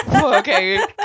okay